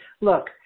look